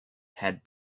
had